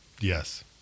Yes